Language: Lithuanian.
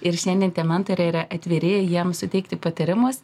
ir šiandien tie mentoriai yra atviri ir jiems suteikti patarimus